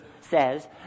says